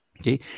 Okay